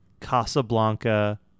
Casablanca